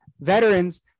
veterans